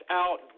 out